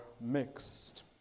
mixed